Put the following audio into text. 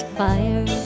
fire